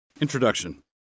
Introduction